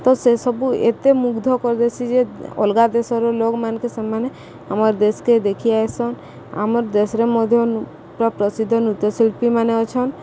ତ ସେସବୁ ଏତେ ମୁଗ୍ଧ କରିଦସି ଯେ ଅଲଗା ଦେଶର ଲୋକ ମାନ୍କେ ସେମାନେ ଆମର୍ ଦେଶକେ ଦେଖି ଆଇସନ୍ ଆମର୍ ଦେଶରେ ମଧ୍ୟ ପୁରା ପ୍ରସିଦ୍ଧ ନୃତ୍ୟଶିଳ୍ପୀ ମାନେ ଅଛନ୍